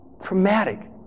Traumatic